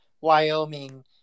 Wyoming